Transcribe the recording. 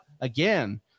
again